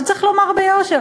שצריך לומר ביושר,